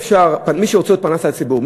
מי שרוצה להיות פרנס על הציבור,